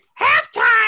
halftime